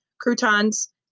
croutons